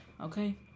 okay